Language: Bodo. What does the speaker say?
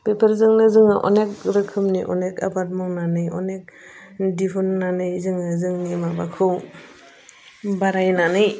बेफोरजोंनो जोङो अनेक रोखोमनि अनेक आबाद मावनानै अनेक दिहुननानै जोङो जोंनि माबाखौ बारायनानै